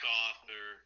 author